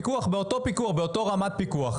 בפיקוח, באותה רמת פיקוח.